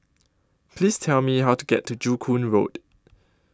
Please Tell Me How to get to Joo Koon Road